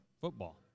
football